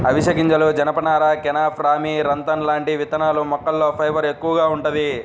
అవిశె గింజలు, జనపనార, కెనాఫ్, రామీ, రతన్ లాంటి విత్తనాల మొక్కల్లో ఫైబర్ ఎక్కువగా వుంటది